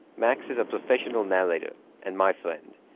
max is a professional narrator and my friend.